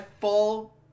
full